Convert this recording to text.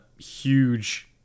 huge